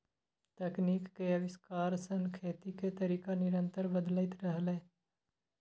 तकनीक के आविष्कार सं खेती के तरीका निरंतर बदलैत रहलैए